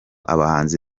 abahanzi